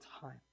time